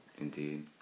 Indeed